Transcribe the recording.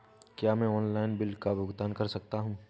क्या मैं online bill का भुगतान कर सकता हूँ?